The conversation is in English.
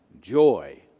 joy